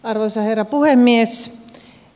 arvoisa herra puhemies